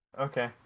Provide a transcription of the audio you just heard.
okay